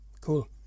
cool